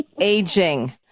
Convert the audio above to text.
aging